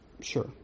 Sure